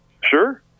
Sure